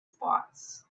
spots